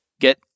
get